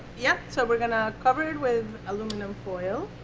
yeah so we're going to cover it with aluminum foil.